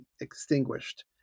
extinguished